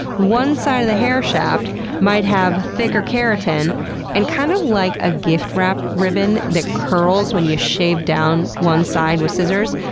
one side of the hair shaft might have thicker keratin and kind of like a gift wrap ribbon that curls when you shave down one side with scissors.